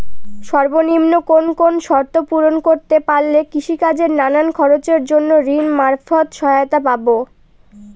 সর্বনিম্ন কোন কোন শর্ত পূরণ করতে পারলে কৃষিকাজের নানান খরচের জন্য ঋণ মারফত সহায়তা পাব?